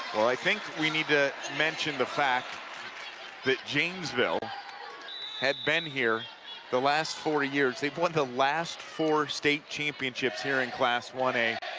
well, i think we need to mention the fact of that janesville had been here the last four years. they've won the last four state championships here in class one a.